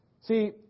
See